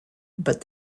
but